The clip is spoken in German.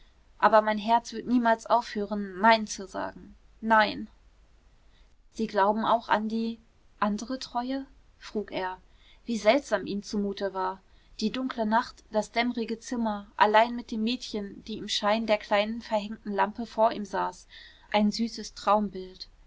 aber mein herz wird niemals aufhören nein zu sagen nein sie glauben auch an die andere treue frug er wie seltsam ihm zumute war die dunkle nacht das dämmrige zimmer allein mit dem mädchen die im schein der kleinen verhängten lampe vor ihm saß ein süßes traumbild